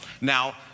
Now